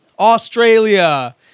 Australia